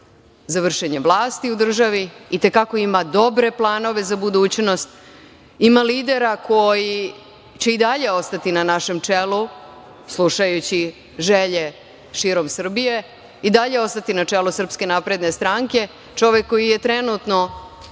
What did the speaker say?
za vršenje vlasti u državi. I te kako ima dobre planove za budućnost. Ima lidera koji će i dalje ostati na našem čelu slušajući želje širom Srbije, i dalje ostati na čelu SNS. Čovek koji je trenutno